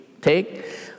take